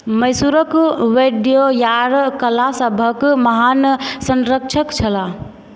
मैसूरक वोडैय्यार कलासभक महान संरक्षक छलाह